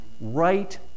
right